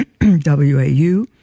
WAU